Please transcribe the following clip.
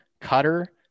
cutter